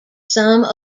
some